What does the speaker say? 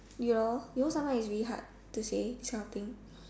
ya you know sometimes it's really hard to say this kind of thing